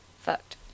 Fucked